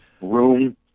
Room